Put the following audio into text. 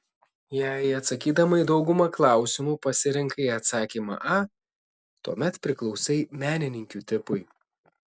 jei atsakydama į daugumą klausimų pasirinkai atsakymą a tuomet priklausai menininkių tipui